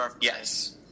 Yes